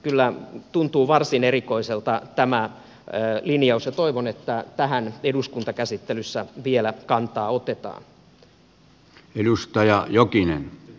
kyllä tuntuu varsin erikoiselta tämä linjaus ja toivon että tähän eduskuntakäsittelyssä vielä kantaa otetaan